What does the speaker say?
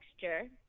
texture